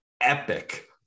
epic